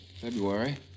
February